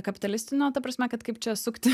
kapitalistinio ta prasme kad kaip čia sukti